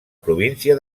província